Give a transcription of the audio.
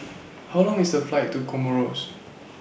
How Long IS The Flight to Comoros